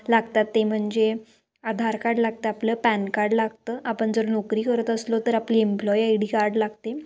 लागतात ते म्हणजे आधार कार्ड लागतं आपलं पॅन कार्ड लागतं आपण जर नोकरी करत असलो तर आपली इम्प्लॉई आय डी कार्ड लागते